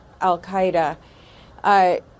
al-Qaeda